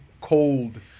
cold